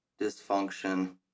dysfunction